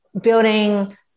building